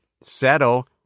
settle